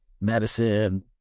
medicine